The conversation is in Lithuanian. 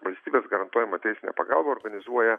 valstybės garantuojamą teisinę pagalbą organizuoja